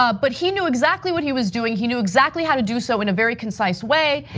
ah but he knew exactly what he was doing, he knew exactly how to do so in a very concise way.